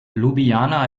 ljubljana